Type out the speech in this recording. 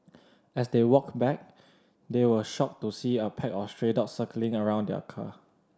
as they walked back they were shocked to see a pack of stray dogs circling around their car